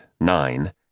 nine